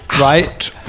right